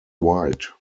white